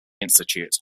institute